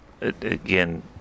again